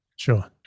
Sure